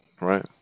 right